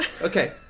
Okay